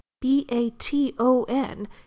B-A-T-O-N